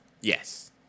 Yes